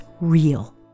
real